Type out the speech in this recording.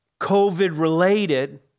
COVID-related